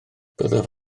byddaf